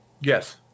Yes